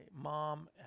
mom